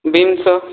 beans